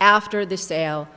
after the sale